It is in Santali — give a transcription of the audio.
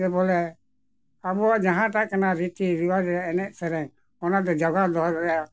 ᱠᱮᱵᱚᱞᱮ ᱟᱵᱚᱣᱟᱜ ᱡᱟᱦᱟᱸᱴᱟᱜ ᱠᱟᱱᱟ ᱨᱤᱛᱤ ᱨᱤᱣᱟᱡᱽ ᱨᱮᱭᱟᱜ ᱮᱱᱮᱡ ᱥᱮᱨᱮᱧ ᱚᱱᱟ ᱫᱚ ᱡᱚᱜᱟᱣ ᱫᱚᱦᱚᱭ ᱨᱮᱭᱟᱜ